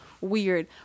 weird